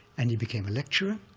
and he became a lecturer,